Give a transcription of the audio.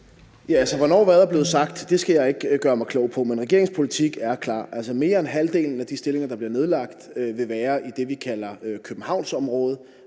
Dahlin): Hvornår hvad er blevet sagt, skal jeg ikke gøre mig klog på. Men regeringens politik er klar: Mere end halvdelen af de stillinger, der bliver nedlagt, vil være i det, vi kalder Københavnsområdet.